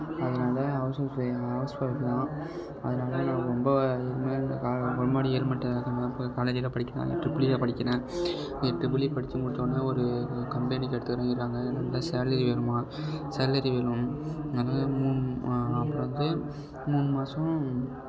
அதனாலே ஹவுஸ்ஒய்ஃப் எங்கள் ஹவுஸ்ஒய்ஃப் தான் அதனால நான் ரொம்ப எதுவுமே காலேஜில படிக்கிறேன் ட்ரிபிள் இ படிக்கிறேன் ட்ரிபிள் இ படிச்சு முடிச்சோடன்ன ஒரு கம்பெனிக்கு எடுத்துக்கிறேன்னு சொல்கிறாங்க நல்ல சேலரி வருமாம் சேலரி வரும் நல்ல அப்புறம் வந்து மூணு மாசம்